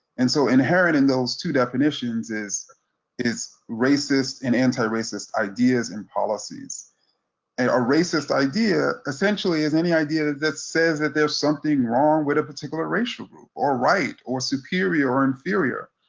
and so inherent in those two definitions is is racist and anti-racist ideas and policies, and a racist idea essentially is any idea that says that there's something wrong with a particular racial group, or right, or superior, or inferior,